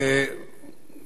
אני כבר הבעתי לא אחת,